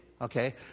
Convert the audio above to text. okay